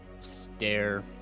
Stare